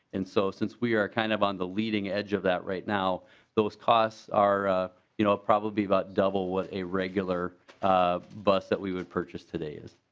and so since we are kind of on the leading edge of that right now those costs are ah you know probably about double with a regular bus that we would purchase today is.